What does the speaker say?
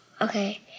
Okay